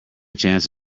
chance